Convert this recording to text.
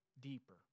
deeper